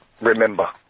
remember